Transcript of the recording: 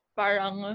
parang